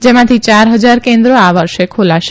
જેમાંથી યાર હજાર કેન્દ્રો આ વર્ષે ખોલાશે